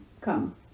come